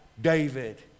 David